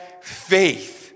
faith